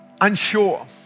Unsure